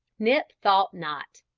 nip thought not.